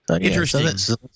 Interesting